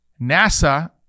NASA